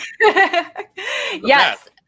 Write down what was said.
Yes